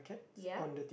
yup